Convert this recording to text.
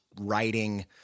writing